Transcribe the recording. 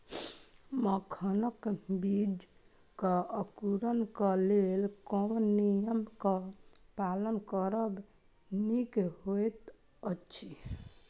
मखानक बीज़ क अंकुरन क लेल कोन नियम क पालन करब निक होयत अछि?